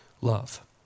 love